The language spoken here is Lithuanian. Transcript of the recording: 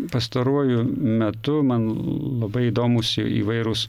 pastaruoju metu man l labai įdomūs į įvairūs